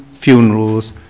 funerals